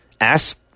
Ask